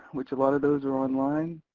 which a lot of those are online.